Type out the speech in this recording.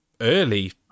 early